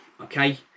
okay